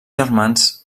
germans